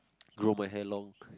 grow my hair long